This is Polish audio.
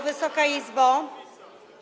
Wysoka Izbo!